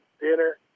dinner